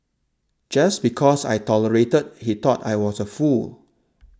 just because I tolerated he thought I was a fool